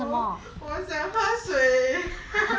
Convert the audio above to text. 我我想喝水